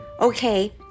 okay